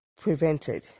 prevented